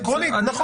עקרונית, נכון.